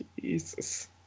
Jesus